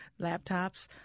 laptops